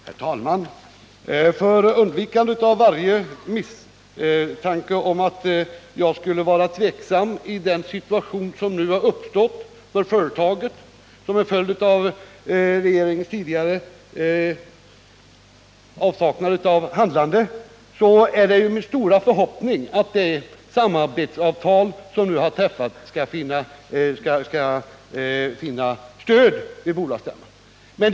Herr talman! För undvikande av varje misstanke om att jag skulle vara tveksam i den situation som nu har uppstått för företaget som en följd av tidigare avsaknad hos regeringen av handlande, vill jag framhålla att det är min förhoppning att det samarbetsavtal som nu har träffats skall finna stöd vid bolagsstämman.